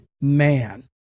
man